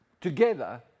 together